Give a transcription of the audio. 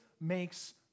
makes